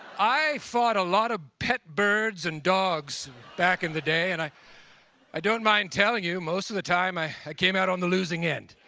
i fought a lot of pet birds and dogs back in the day, and i i don't mind telling you, most of the time, i came out on the losing end.